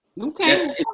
Okay